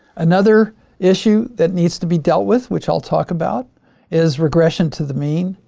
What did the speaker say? another issue that needs to be dealt with, which i'll talk about is regression to the mean.